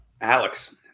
Alex